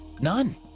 None